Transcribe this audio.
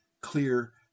clear